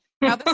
now